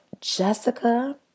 Jessica